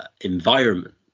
environment